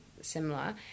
similar